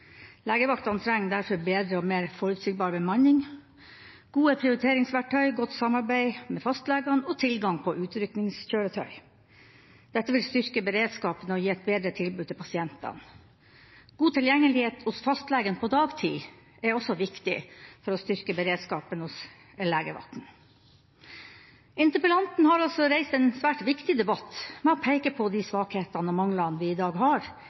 Legevaktene trenger derfor bedre og mer forutsigbar bemanning, gode prioriteringsverktøy, godt samarbeid med fastlegene og tilgang til utrykningskjøretøy. Dette vil styrke beredskapen og gi et bedre tilbud til pasientene. God tilgjengelighet hos fastlegen på dagtid er også viktig for å styrke beredskapen hos legevaktene. Interpellanten har reist en svært viktig debatt ved å peke på de svakhetene og manglene vi i dag har